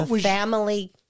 family